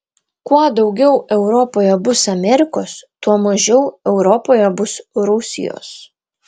kuo daugiau europoje bus amerikos tuo mažiau europoje bus rusijos